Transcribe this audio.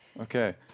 Okay